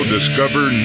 Discover